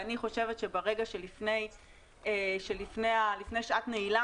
אנחנו רואים שקורים דברים לפני שעת נעילה.